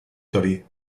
torí